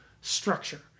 structure